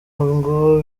ngo